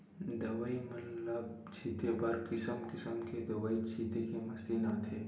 दवई मन ल छिते बर किसम किसम के दवई छिते के मसीन आथे